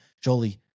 Jolie